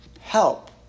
Help